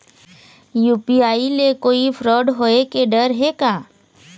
UPI ले कोई fraud होए के डर हे का?